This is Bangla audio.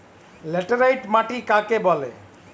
লেটেরাইট মাটি কাকে বলে?